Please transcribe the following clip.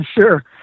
Sure